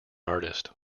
artist